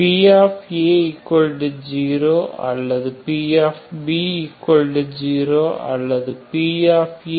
pa0 or pb0 or papb0